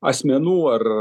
asmenų ar